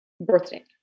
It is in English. birthday